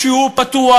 והוא פתוח,